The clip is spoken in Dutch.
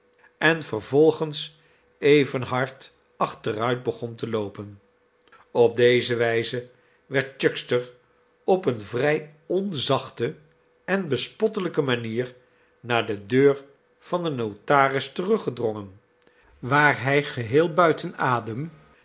en vervolgens even hard achteruit begon te loopen op deze wijze werd ohuckster op eene vrij onzachte en bespottelijke manier naar de deur van den notaris teruggedrongen waar hij geheel buiten adem